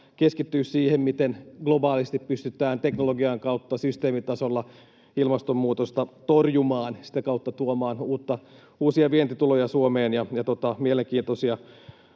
keskittyisi siihen, miten globaalisti pystytään teknologian kautta ja systeemitasolla ilmastonmuutosta torjumaan ja sitä kautta tuomaan uusia vientituloja Suomeen, ja mielenkiintoisia